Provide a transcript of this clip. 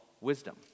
wisdom